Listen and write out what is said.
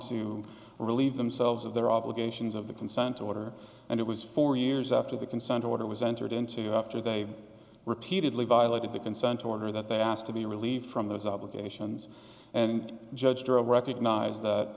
to relieve themselves of their obligations of the consent order and it was four years after the consent order was entered into after they repeatedly violated the consent order that they asked to be relieved from those obligations and judged or all recognize that